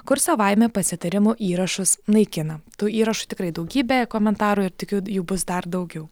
kur savaime pasitarimo įrašus naikina tų įrašų tikrai daugybė komentarų ir tikiu jų bus dar daugiau